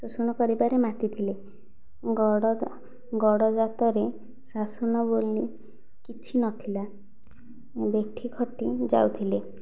ଶୋଷଣ କରିବାରେ ମାତି ଥିଲେ ଗଡ଼ ଗଡ଼ଜାତରେ ଶାସନ ବୋଲି କିଛି ନଥିଲା ବେଠି ଖଟି ଯାଉଥିଲେ